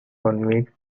convinced